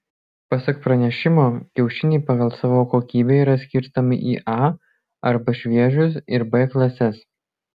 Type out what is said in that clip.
pasak pranešimo kiaušiniai pagal savo kokybę yra skirstomi į a arba šviežius ir b klases